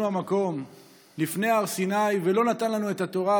המקום לפני הר סיני ולא נתן לנו את התורה,